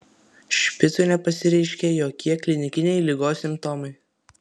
špicui nepasireiškė jokie klinikiniai ligos simptomai